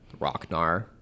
Rocknar